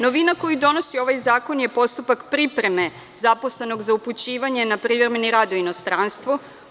Novina koju donosi ovaj zakon je postupak pripreme zaposlenog za upućivanje na privremeni rad u inostranstvo.